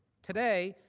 today,